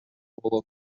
болот